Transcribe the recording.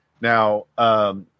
Now